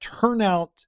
turnout